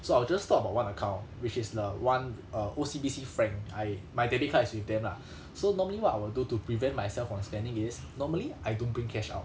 so I'll just talk about one account which is the one uh O_C_B_C Frank I my debit card is with them lah so normally what I will do to prevent myself from spending is normally I don't bring cash out